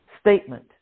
statement